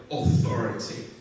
authority